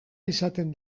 izaten